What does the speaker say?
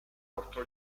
portò